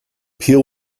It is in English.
peel